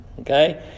Okay